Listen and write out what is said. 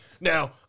Now